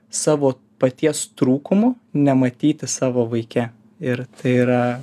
savo paties trūkumų nematyti savo vaike ir tai yra